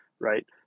right